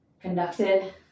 conducted